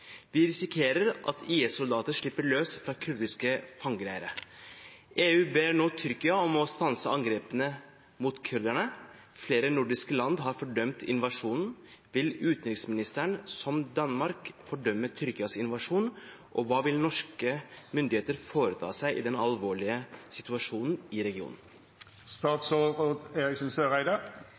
Vi risikerer at IS-soldater slipper løs fra kurdiske fangeleirer. EU ber nå Tyrkia om å stanse angrepene mot kurderne. Flere nordiske land har fordømt invasjonen. Vil utenriksministeren, som Danmark, fordømme Tyrkias invasjon, og hva vil norske myndigheter foreta seg i møte med den alvorlige situasjonen i